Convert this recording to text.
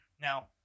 Now